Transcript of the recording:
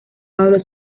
pablo